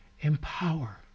empower